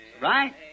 Right